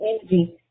energy